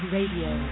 Radio